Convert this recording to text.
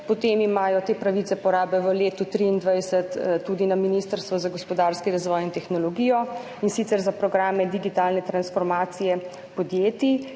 potem imajo te pravice porabe v letu 2023 tudi na Ministrstvu za gospodarski razvoj in tehnologijo, in sicer za programe digitalne transformacije podjetij,